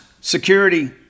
Security